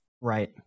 Right